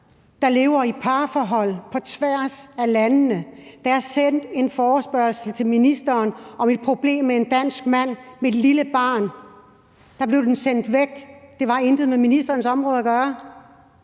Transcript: der lever i parforhold på tværs af landene? Der er sendt en forespørgsel til ministeren om et problem med en dansk mand med et lille barn. Den forespørgsel blev sendt væk, for det havde intet med ministerens område at gøre.